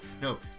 No